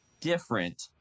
different